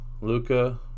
Luca